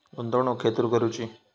गुंतवणुक खेतुर करूची?